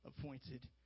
appointed